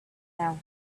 now